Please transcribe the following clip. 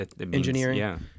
engineering